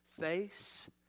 face